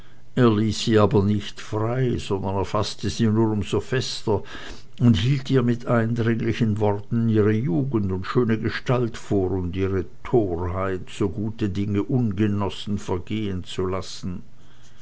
aber nicht frei sondern faßte sie nur um so fester und hielt ihr mit eindringlichen worten ihre jugend und schöne gestalt vor und ihre torheit so gute dinge ungenossen vergehen zu lassen